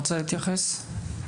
רוצה להתייחס?